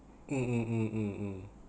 mm mm mm mm mm